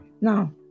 Now